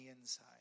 inside